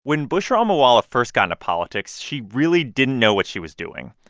when bushra amiwala first got into politics, she really didn't know what she was doing.